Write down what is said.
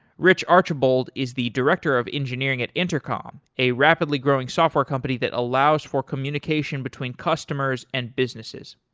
rich archbold is the director of engineering at intercom, a rapidly growing software company that allows for communication between customers and businesses.